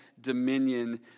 dominion